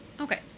okay